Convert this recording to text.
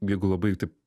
jeigu labai taip